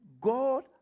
God